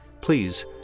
please